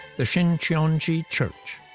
the shincheonji church,